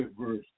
verse